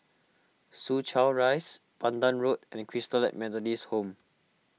Soo Chow Rise Pandan Road and Christalite Methodist Home